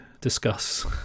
discuss